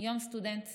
יום סטודנט שמח,